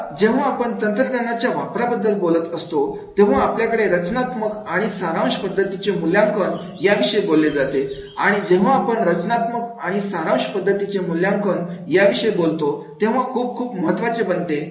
आता जेव्हा आपण तंत्रज्ञानाच्या वापराबद्दल बोलत असतो तेव्हा आपल्याकडे रचनात्मक आणि सारांश पद्धतीचे मूल्यांकन या विषयी बोलले जाते आणि जेव्हा आपण रचनात्मक आणि सारांश पद्धतीचे मूल्यांकन याविषयी बोलतो तेव्हा खूप खूप महत्वाचे बनते